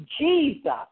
Jesus